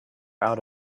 out